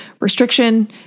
restriction